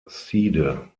side